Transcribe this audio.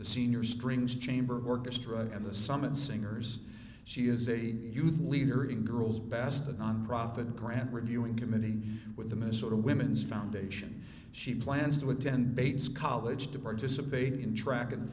the senior strings chamber orchestra and the summit singers she is a youth leader in girl's basket nonprofit grant reviewing committee with the minnesota women's foundation she plans to attend bates college to participate in track and